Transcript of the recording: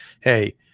hey